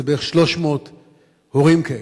הוא בערך 300 הורים כאלה.